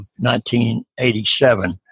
1987